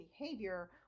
behavior